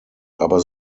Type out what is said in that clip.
aber